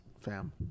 fam